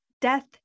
death